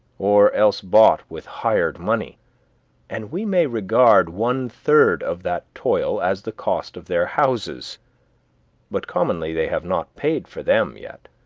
or else bought with hired money and we may regard one third of that toil as the cost of their houses but commonly they have not paid for them yet.